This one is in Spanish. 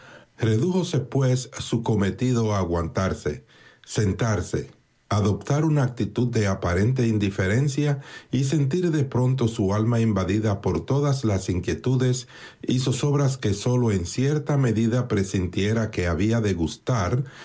redújose pues su cometido a aguantarse sentarse adoptar una actitud de aparente indiferencia y sentir de pronto su alma invadida por todas las inquietudes y zozobras que sólo en cierta medida presintiera que había de gustar